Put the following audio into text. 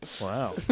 Wow